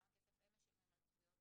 כמה כסף הם משלמים על תביעות,